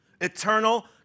Eternal